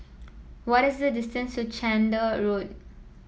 what is the distance to Chander Road